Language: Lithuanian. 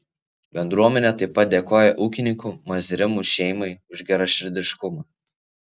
bendruomenė taip pat dėkoja ūkininkų mazrimų šeimai už geraširdiškumą